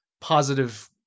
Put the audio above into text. positive